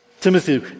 Timothy